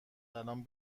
الان